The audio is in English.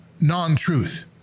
non-truth